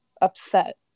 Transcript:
upset